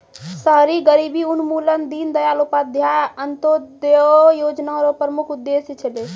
शहरी गरीबी उन्मूलन दीनदयाल उपाध्याय अन्त्योदय योजना र प्रमुख उद्देश्य छलै